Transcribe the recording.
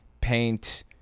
paint